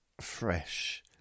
fresh